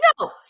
no